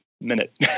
minute